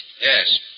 Yes